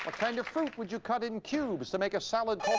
kind of fruit would you cut in cubes to make a salad called